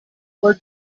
puoi